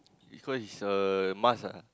because is a must ah